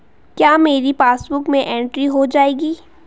क्या मेरी पासबुक में एंट्री हो जाएगी?